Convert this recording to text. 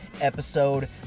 episode